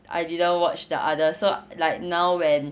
I didn't watch the other so like now when